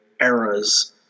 eras